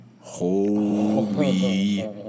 holy